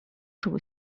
czuł